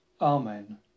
Amen